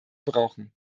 brauchen